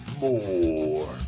more